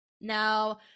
Now